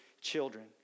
children